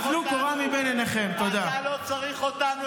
אתה לא צריך אותנו.